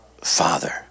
father